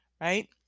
right